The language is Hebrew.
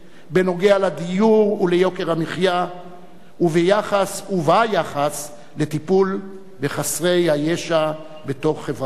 בנוגע לדיור וליוקר המחיה וביחס לטיפול בחסרי הישע בתוך חברתנו,